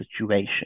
situation